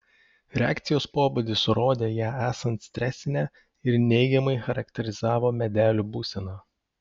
reakcijos pobūdis rodė ją esant stresinę ir neigiamai charakterizavo medelių būseną